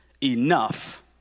enough